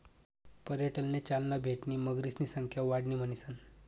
पर्यटनले चालना भेटणी मगरीसनी संख्या वाढणी म्हणीसन